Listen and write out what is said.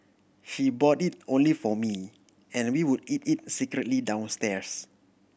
she bought it only for me and we would eat it secretly downstairs